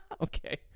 Okay